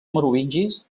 merovingis